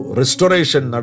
restoration